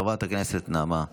חברת הכנסת נעמה לזימי,